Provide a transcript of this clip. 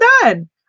done